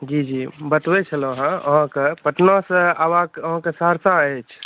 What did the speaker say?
बतबै छलहुँ अहाॅंके पटना सॅं अयबाक अहाँके सहरसा अछि